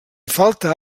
falta